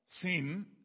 sin